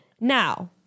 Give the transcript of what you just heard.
now